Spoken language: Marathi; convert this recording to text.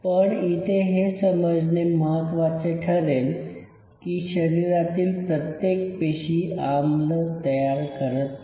पण इथे हे समजणे महत्वाचे ठरेल कि शरीरातील प्रत्येक पेशी आम्ल तयार करत नाही